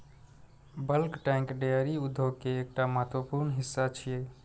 bulk tank dairy उद्योग के एकटा महत्वपूर्ण हिस्सा छियै